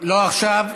לא עכשיו.